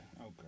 okay